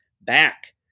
Back